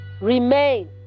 remain